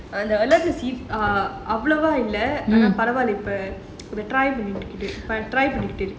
அவ்வுளவா இல்ல ஆனா பரவால்ல இப்ப பண்ணிட்டு இருக்கேன்:avlovaa illa aanaa paravalla pannitu irukkaen